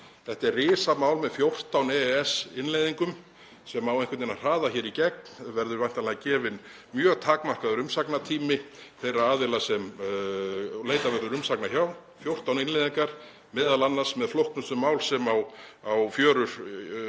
Þetta er risamál með 14 EES-innleiðingum sem á einhvern veginn að hraða hér í gegn, verður væntanlega gefinn mjög takmarkaður umsagnartími þeirra aðila sem leitað verður umsagna hjá, 14 innleiðingar, m.a. með flóknustu mál sem á fjörur Íslands